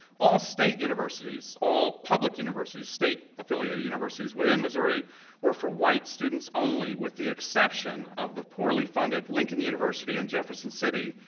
all state universities, all public universities, state affiliated universities within missouri were for white students only with the exception of the poorly funded lincoln university in jefferson city,